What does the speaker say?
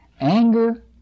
Anger